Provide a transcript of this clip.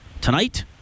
tonight